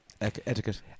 Etiquette